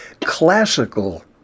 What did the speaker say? classical